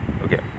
Okay